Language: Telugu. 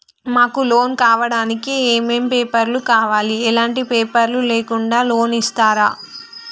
మాకు లోన్ కావడానికి ఏమేం పేపర్లు కావాలి ఎలాంటి పేపర్లు లేకుండా లోన్ ఇస్తరా?